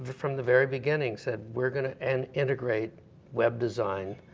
from the very beginning, said, we're going to and integrate web design.